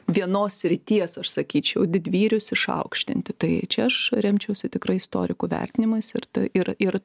vienos srities aš sakyčiau didvyrius išaukštinti tai čia aš remčiausi tikrai istorikų vertinimais ir ir ir